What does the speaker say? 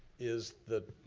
is the,